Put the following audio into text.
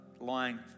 lying